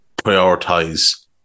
prioritize